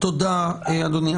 תודה, אדוני.